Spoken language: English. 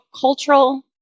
cultural